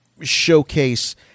showcase